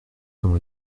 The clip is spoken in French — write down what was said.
comme